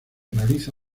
realiza